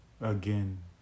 Again